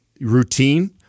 routine